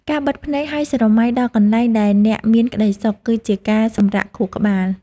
ការបិទភ្នែកហើយស្រមៃដល់កន្លែងដែលអ្នកមានក្ដីសុខ គឺជាការសម្រាកខួរក្បាល។